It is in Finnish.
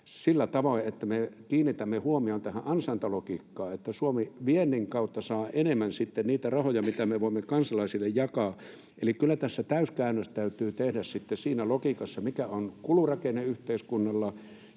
sillä tavoin, että me kiinnitämme huomion tähän ansaintalogiikkaan, että Suomi viennin kautta saa enemmän sitten niitä rahoja, mitä me voimme kansalaisille jakaa. Eli kyllä tässä täyskäännös täytyy tehdä sitten siinä logiikassa, mikä on kulurakenne yhteiskunnalla